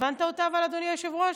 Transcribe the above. הבנת אותה, אדוני היושב-ראש?